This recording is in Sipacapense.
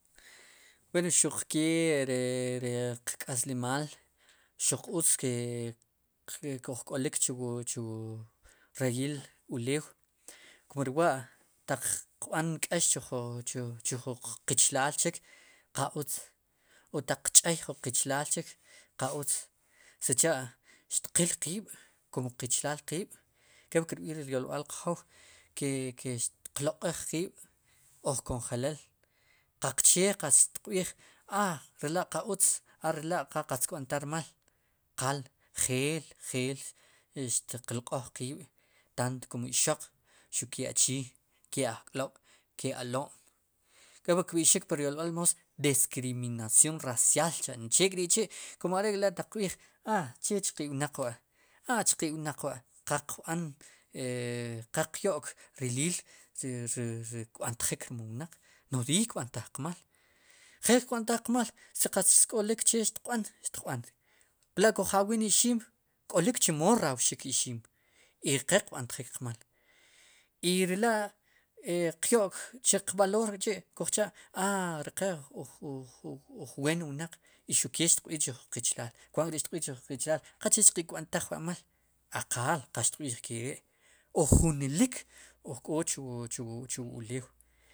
Wen xuq kee ri ri riqkáslimaal xuq utz ki'ojk'olik chu chuwu reyil ulew kum ri wa' qb'an k'eex chu ju qichilaal chik qa utz o taq o taq qch'ey jun qichilaal chik qa utz sicha' xtiqil q'iib' kum qichilal qiib' kepli kirb'iij ri ryolb'al qjow ke ke xtiq lq'ooj qiib' oj konjelel qaqchee qatz xtiq b'iij a rela' qa utz a rela'qa qatz kb'an taj rmaal qal geel geel xtiq lq'ooj qiib' tant kom ixoq xuqkee achii ke ajk'lob'ke alo'm kepli kb'ixik pur yolb'al moos discriminación racial cha' no'j chek'ri'chi' mu are'k'la'taq qb'iij aa chqe wnaq wa', achqe'wnaq wa' qa qb'an e e qaq yo'k riliil ri ri kb'antjik rom wnaq nodiiy kb'antaj qmal gel kb'antaj qmal si qatz k'olik che xtiq b'an pla'kujauwin ixim k'olik chemo rawxik ixim i qe kb'antjik qmal i re la' qyo'k qvaloor k'chi' kujcha' uj uj ween wnaq i xuq kee xtiqb'iij chu jun qichilaal kwaat k'ri'xtiq b'iij chu jun qichilaal qachech qe' kb'antaj chwa'mal a qal qal xti b'iij keri' o junilik oj k'o chu wu chu wu ulew.